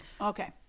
okay